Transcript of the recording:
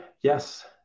yes